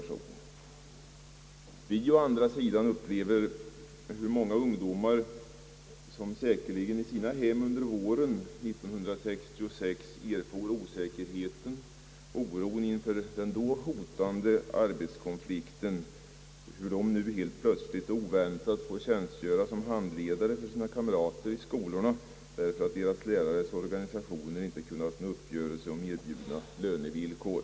Vi upplever nu å andra sidan hur många ungdomar, som säkerligen i sina hem under våren 1966 erfor osäkerheten och oron inför den hotande arbetskonflikten, plötsligt och oväntat får tjänstgöra som handledare för sina kam rater därför att deras lärares organisationer inte kunnat nå uppgörelse om erbjudna lönevillkor.